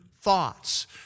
thoughts